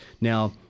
Now